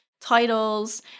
titles